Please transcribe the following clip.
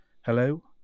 Hello